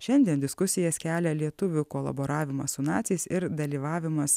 šiandien diskusijas kelia lietuvių kolaboravimas su naciais ir dalyvavimas